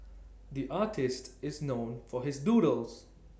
the artist is known for his doodles